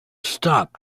shop